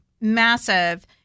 massive